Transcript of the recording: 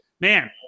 man